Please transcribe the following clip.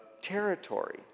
territory